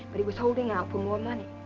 but he was holding out for more money.